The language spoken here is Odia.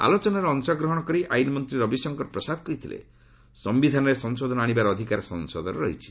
ଆଲୋଚନାରେ ଅଂଶଗ୍ରହଣ କରି ଆଇନ ମନ୍ତ୍ରୀ ରବିଶଙ୍କର ପ୍ରସାଦ କହିଥିଲେ ସମ୍ପିଧାନରେ ସଂଶୋଧନ ଆଣିବାର ଅଧିକାର ସଂସଦର ରହିଛି